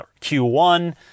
Q1